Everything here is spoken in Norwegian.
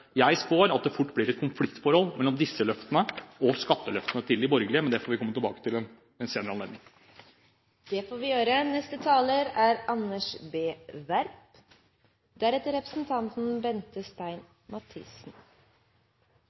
Jeg spår at det fort blir et konfliktforhold mellom disse løftene og skatteløftene til de borgerlige, men det får vi komme tilbake til ved en senere anledning. Det får vi gjøre.